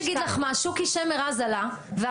אני אגיד לך מה: שוקי שמר אז עלה ואמר